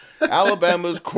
Alabama's